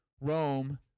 Rome